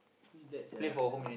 who's that sia